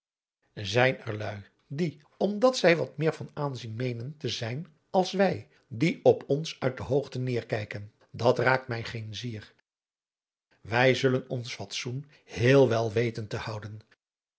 zijn er luî die omdat zij wat meer van aanzien meenen te zijn als wij die op ons uit de hoogte neêr kijken dat raakt mij geen zier wij zullen ons fatsoen heel wel weten te houden